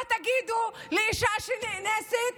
מה תגידו לאישה שנאנסת?